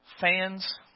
Fans